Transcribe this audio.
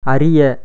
அறிய